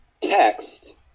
text